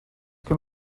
can